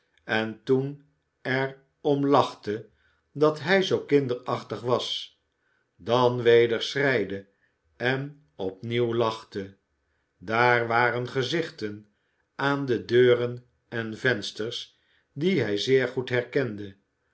en toen er om lachte dat hij zoo kinderachtig was dan weder schreide en opnieuw lachte daar waren gezichten aan de deuren en vensters die hij zeer goed herkende